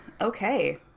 Okay